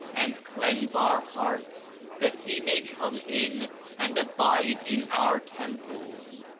and cleanse our hearts that he may come in and abide in our temples.